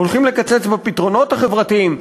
הולכים לקצץ בפתרונות החברתיים.